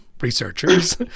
researchers